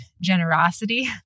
generosity